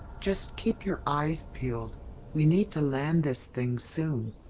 just keep your eyes peeled we need to land this thing soon.